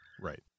Right